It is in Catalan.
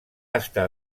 estar